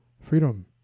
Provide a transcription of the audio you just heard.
freedom